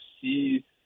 see